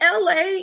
LA